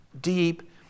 deep